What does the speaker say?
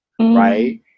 right